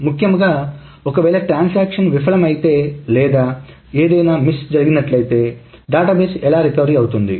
ముఖ్యంగా ఒకవేళ ట్రాన్సాక్షన్ విఫలమైతే లేదా ఏదైనా ఒక మిస్ జరిగినట్లయితే డేటాబేస్ ఎలా రికవర్ అవుతుంది